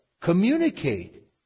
communicate